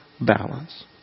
balance